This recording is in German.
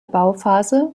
bauphase